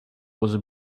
was